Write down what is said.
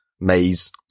maze